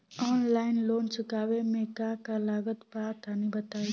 Online loan चुकावे म का का लागत बा तनि बताई?